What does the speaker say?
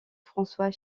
françois